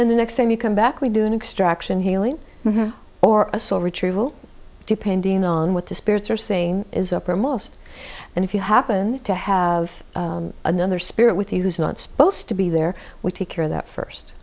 then the next time you come back we do an extraction healing or a soul retrieval depending on what the spirits are saying is uppermost and if you happen to have another spirit with you who's not spose to be there we take care of that first